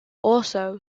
also